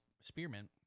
spearmint